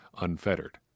unfettered